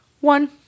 one